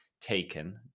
taken